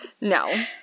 No